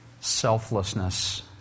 selflessness